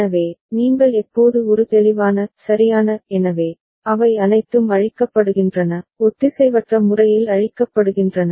எனவே நீங்கள் எப்போது ஒரு தெளிவான சரியான எனவே அவை அனைத்தும் அழிக்கப்படுகின்றன ஒத்திசைவற்ற முறையில் அழிக்கப்படுகின்றன